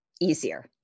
easier